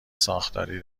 ساختاری